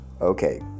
Okay